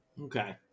okay